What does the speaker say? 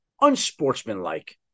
Unsportsmanlike